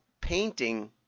painting